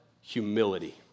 Humility